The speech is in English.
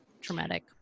traumatic